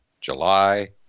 July